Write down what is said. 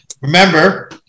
remember